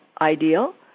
ideal